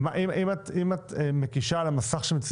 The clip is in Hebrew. את מקישה על המסך.